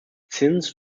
sins